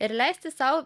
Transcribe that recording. ir leisti sau